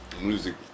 music